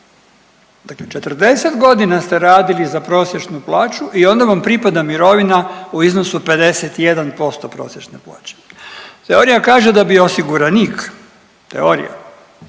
dakle 40.g. ste radili za prosječnu plaću i onda vam pripada mirovina u iznosu 51% prosječne plaće. Teorija kaže da bi osiguranik, teorija,